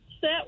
set